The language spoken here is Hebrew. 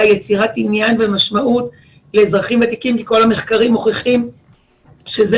יצירת עניין ומשמעות לאזרחים ותיקים כי כל המחקרים מוכיחים שזה